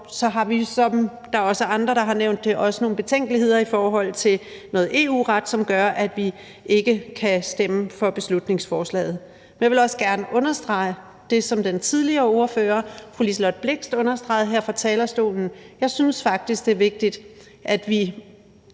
har vi, som der også er andre, der har nævnt, også nogle betænkeligheder i forhold til noget EU-ret, som gør, at vi ikke kan stemme for beslutningsforslaget. Jeg vil også gerne understrege det, som den forrige ordfører, fru Liselott Blixt, også understregede her fra talerstolen, at jeg faktisk synes, det er vigtigt, at vi